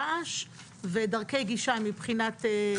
רעש ודרכי גישה, מבחינת חניות.